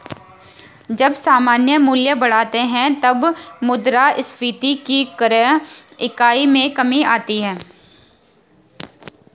जब सामान्य मूल्य बढ़ते हैं, तब मुद्रास्फीति की क्रय इकाई में कमी आती है